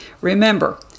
Remember